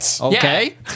Okay